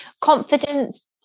Confidence